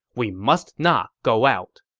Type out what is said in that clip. we must not go out.